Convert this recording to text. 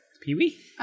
Pee-wee